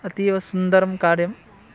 अतीवसुन्दरं कार्यम्